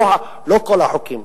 לא כל החוקים.